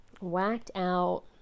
whacked-out